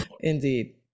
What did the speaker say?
indeed